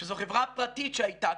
שזו חברה פרטית שהייתה,